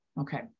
Okay